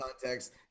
context